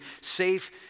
safe